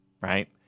Right